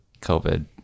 COVID